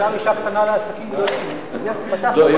גם "אשה קטנה לעסקים גדולים" לא,